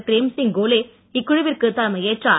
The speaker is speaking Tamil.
பிரேம்சிங் கோலே இக்குழுவிற்கு தலைமையேற்றார்